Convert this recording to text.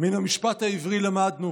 "מן המשפט העברי למדנו,